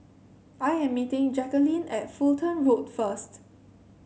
I am meeting Jackeline at Fulton Road first